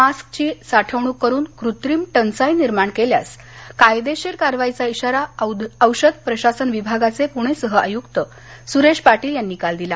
मास्कची साठवणूक करून कृत्रिम टंचाई निर्माण केल्यास कायदेशीर कारवाईचा इशारा औषध प्रशासन विभागाचे पुणे सहआयुक्त सुरेश पाटील यांनी काल दिला